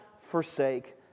forsake